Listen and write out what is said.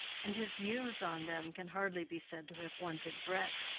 and his views on them can hardly be said to have wanted breadth,